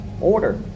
order